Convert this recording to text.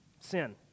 Sin